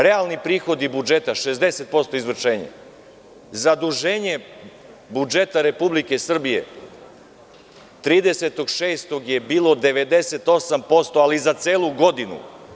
Realni prihodi budžeta bili su 60% izvršenje, zaduženje budžeta Republike Srbije 30. juna je bilo 98%, ali za celu godinu.